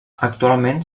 actualment